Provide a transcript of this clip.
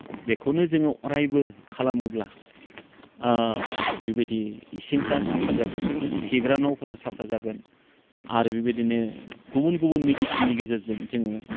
बेखौनो जोङो अरायबो खालामोब्ला बिबायदि इसिंफ्रा साफा जागोन खिग्रा न'फोरा साफा जागोन आरो बिबायदिनो गुबुन गुबुन मेडिसिननि गेजेरजों जोङो